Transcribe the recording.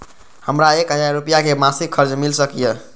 हमरा एक हजार रुपया के मासिक कर्ज मिल सकिय?